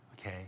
okay